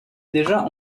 déjà